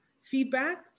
feedback